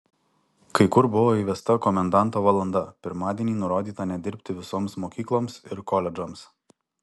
kai kur buvo įvesta komendanto valanda pirmadienį nurodyta nedirbti visoms mokykloms ir koledžams